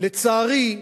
לצערי,